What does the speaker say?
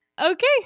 Okay